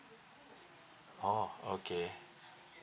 oh okay